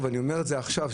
ואני אומר את זה עכשיו,